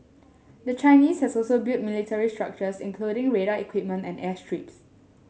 the Chinese has also built military structures including radar equipment and airstrips